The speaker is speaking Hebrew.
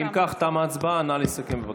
אם כך תמה ההצבעה, נא לסכם, בבקשה.